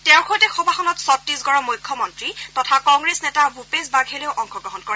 তেওঁৰ সৈতে সভাখনত ছত্তীশগড়ৰ মুখ্যমন্ত্ৰী তথা কংগ্ৰেছ নেতা ভূপেশ বাঘেলেও অংশগ্ৰহণ কৰে